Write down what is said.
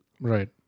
Right